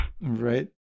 right